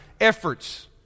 efforts